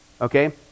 Okay